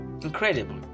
incredible